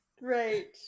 right